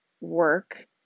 work